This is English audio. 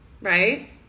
right